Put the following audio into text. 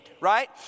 right